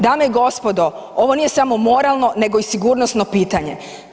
Dame i gospodo, ovo nije samo moralno nego i sigurnosno pitanje.